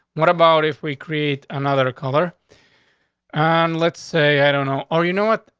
what about if we create another color on let's say i don't know. oh, you know what?